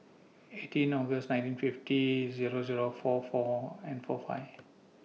eighteen August nineteen fifty Zero Zero four four and four five